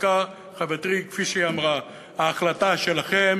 צדקה חברתי כפי שהיא אמרה: ההחלטה שלכם